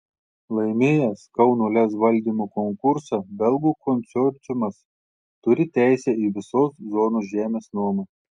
laimėjęs kauno lez valdymo konkursą belgų konsorciumas turi teisę į visos zonos žemės nuomą